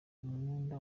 umwenda